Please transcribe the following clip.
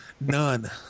none